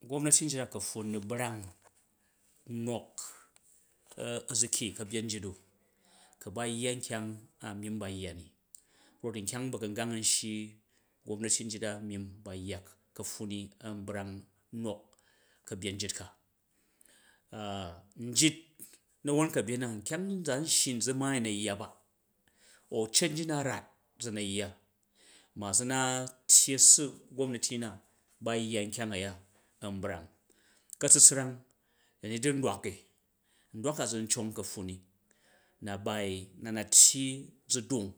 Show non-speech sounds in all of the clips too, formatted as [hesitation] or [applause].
Ku̱ gomnati njit da ka̱pffun na̱ brang u̱ nik [hesitation] a̱zuki ka̱byen njit da̱, ka̱ bayya nkyang a̱ myim ba yya ni rot nkyang n shyi ba̱gngang gomnati ryit myim ba yya ka̱pffun ni a̱nbang nok ka̱byen njit ka [hesitation] nyit na̱wan ka̱byen na nkyang nzaan n shyi zu̱ maai u̱ na yya ba au cet nyit da rat za̱ na yya ma za̱ na̱tyi assa u̱ gomnati na ba yya nkyang aya an brang, ka̱fsufsrang da̱ni di ndwak i ndwak ga zu n cong ka̱pffun ni na na tyyi zu̱ dung,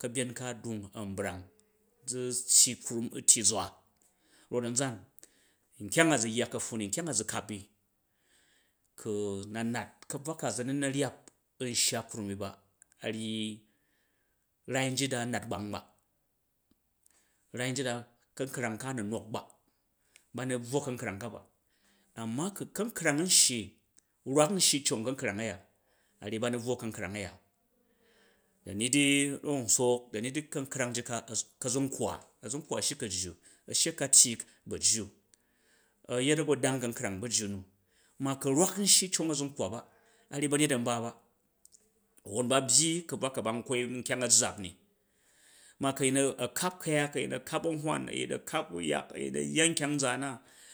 ka̱byen ka a̱ dung a̱n brang zu̱ tyyi krem u̱ tyyi zwa rot a̱nzan nkyang a zu yya ka̱pffun ni, nkyang a za kap i ku na nat ka̱buwa zu na̱ na ryap un ashya krum ni ba, rai njit da nu nat bang ba, rai ji da ka̱nkrang ka a̱nu nik ba nu buwo ka̱nkrang ka ba, a̱mma ku ka̱nkrang a̱n shyi rwak n shyi cong ka̱nkrang a̱ya, ba n bu wo ka̱nkrang a̱ya. Daniryok njor di ka̱nkarang jit ka ka̱zunkwa, kaz a̱zunkwa a̱ shyi kajju a̱ shyi a̱katyyi ba̱jju, a̱yet a̱gba̱dong ka̱nkrang ba̱jju na, ma ku rwak n shyi cong a̱zunkwa ba, anyi ba̱nyet an ba ba, a̱won ba̱ byyi ka̱buwa ka ban nkwai nkyang a̱ zaap ni, ma ku̱ a̱yin a̱ kap ku̱yak, a̱yin a̱ kap a̱hwan ayim a̱ kao yak a̱ yya nkyang nzaan na